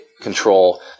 control